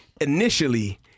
initially